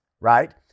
right